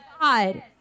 God